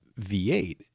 v8